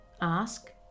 ask